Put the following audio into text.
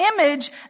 image